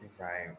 Right